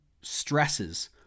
stresses